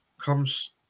comes